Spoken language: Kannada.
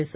ಎಸ್